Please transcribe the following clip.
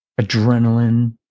adrenaline